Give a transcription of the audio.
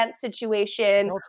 situation